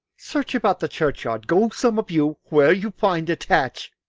search about the churchyard go, some of you, whoe'er you find attach.